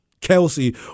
Kelsey